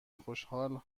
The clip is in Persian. خوشحال